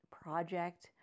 project